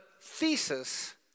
thesis